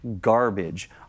garbage